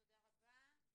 תודה רבה.